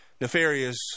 nefarious